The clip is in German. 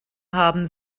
haben